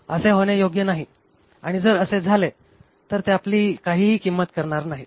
असे होणे योग्य नाही आणि जर असे झाले तर ते आपली काहीही किंमत करणार नाहीत